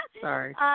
Sorry